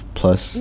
plus